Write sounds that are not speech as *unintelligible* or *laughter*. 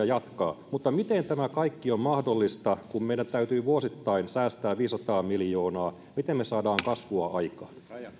*unintelligible* jatkaa mutta miten tämä kaikki on mahdollista kun meidän täytyy vuosittain säästää viisisataa miljoonaa miten me saamme kasvua aikaan